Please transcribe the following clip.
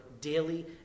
daily